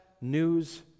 news